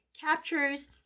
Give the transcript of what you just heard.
captures